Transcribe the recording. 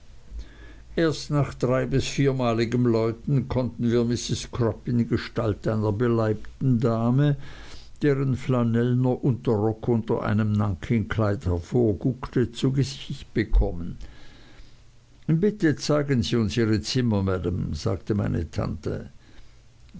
erst nach drei bis viermaligem läuten konnten wir mrs crupp in gestalt einer beleibten dame deren flanellner unterrock unter einem nankingkleid hervorguckte zu gesicht bekommen bitte zeigen sie uns ihre zimmer maam sagte meine tante